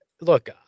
look